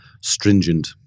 stringent